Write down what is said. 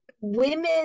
women